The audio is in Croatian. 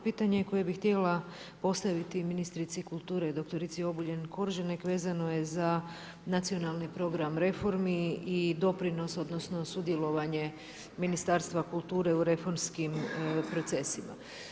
Pitanje koje bih htjela postaviti ministrici kulture dr. Obuljen Koržinek vezano je za nacionalni program reformi i doprinos, odnosno sudjelovanje Ministarstva kulture u reformskim procesima.